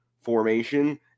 formation